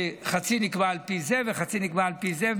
חצי נקבע על פי זה וחצי נקבע על פי זה.